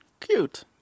Cute